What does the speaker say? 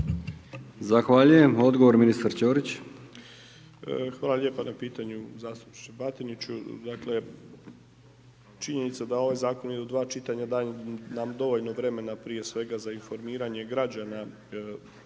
Zahvaljujem, odgovor ministar Ćorić. **Ćorić, Tomislav (HDZ)** Hvala lijepa na pitanju zastupniče Batiniću. Dakle, činjenica da ovaj zakon ide u 2 čitanja daje nam dovoljno vremena, prije svega za informiranje građana,